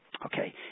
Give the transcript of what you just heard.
Okay